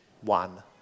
one